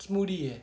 smoothie eh